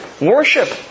worship